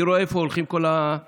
אני רואה לאן הולכים כל המכלים.